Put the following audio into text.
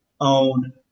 own